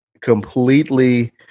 Completely